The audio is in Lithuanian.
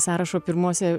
sąrašo pirmuose